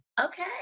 Okay